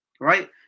Right